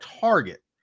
target